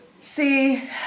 See